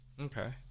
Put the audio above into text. Okay